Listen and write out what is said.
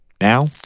Now